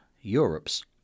Europe's